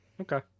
Okay